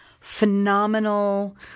phenomenal